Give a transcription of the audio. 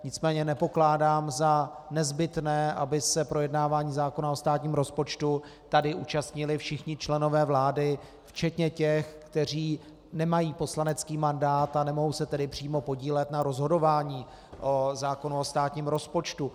Nicméně nepokládám za nezbytné, aby se projednávání zákona o státním rozpočtu tady účastnili všichni členové vlády včetně těch, kteří nemají poslanecký mandát, a nemohou se tedy přímo podílet na rozhodování o zákonu o státním rozpočtu.